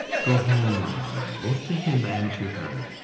go home, ragnar both to him and to her.